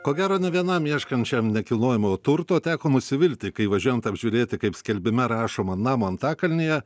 ko gero ne vienam ieškančiam nekilnojamojo turto teko nusivilti kai važiuojant apžiūrėti kaip skelbime rašoma namo antakalnyje